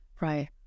Right